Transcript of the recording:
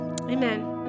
amen